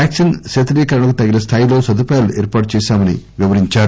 vaccine శీతలీకరణకు తగిన స్థాయిలో సదుపాయాలు ఏర్పాటు చేశామన్నారు